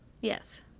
yes